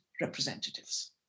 representatives